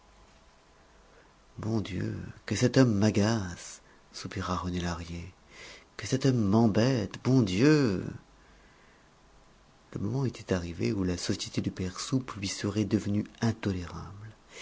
bon dieu que cet homme m'agace soupira rené lahrier que cet homme m'embête bon dieu le moment était arrivé où la société du père soupe lui serait devenue intolérable